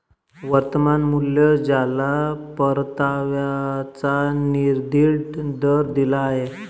वर्तमान मूल्य ज्याला परताव्याचा निर्दिष्ट दर दिलेला आहे